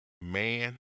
Man